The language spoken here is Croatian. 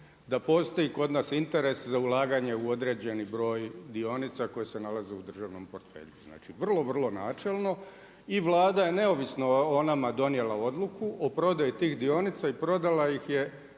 da postoji kod nas interes za ulaganje u određeni broj dionica koje se nalaze u državnom portfelju. Znači vrlo, vrlo načelno i Vlada je neovisno o nama donijela odluku o prodaji tih dionica i prodala ih je